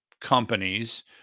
companies